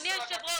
אדוני היושב ראש,